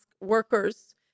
workers